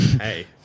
Hey